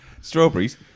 Strawberries